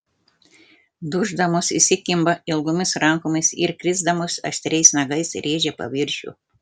duždamos įsikimba ilgomis rankomis ir krisdamos aštriais nagais rėžia paviršių